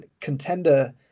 contender